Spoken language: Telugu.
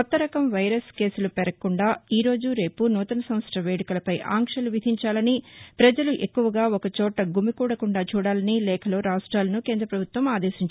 కొత్త రకం వైరస్ కేసులు పెరగకుండా ఈరోజు రేపు నూతన సంవత్సర వేడుకలపై ఆంక్షలు విధించాలని పజలు ఎక్కువగా ఒక చోట గుమికూడకుండా చూడాలని లేఖలో రాష్ట్విలను కేంద్ర ప్రభుత్వం ఆదేశించింది